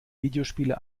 videospiele